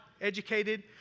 educated